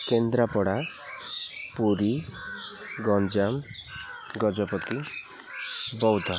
Kendrapara Puri Ganjam Gajapati Boudh